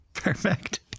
Perfect